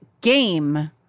game